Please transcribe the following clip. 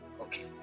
okay